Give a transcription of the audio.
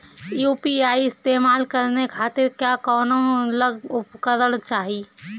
UPI इस्तेमाल करने खातिर क्या कौनो अलग उपकरण चाहीं?